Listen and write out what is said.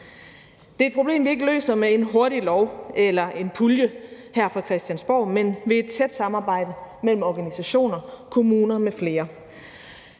Det er et problem, vi ikke løser med en hurtig lov eller en pulje her fra Christiansborg, men ved et tæt samarbejde mellem organisationer, kommuner m.fl.